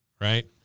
right